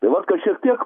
tai vat kad šiek tiek